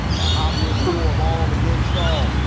a hobelar's war of all against all.